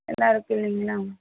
எல்லாம் இருக்குது இல்லைங்களா